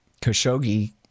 Khashoggi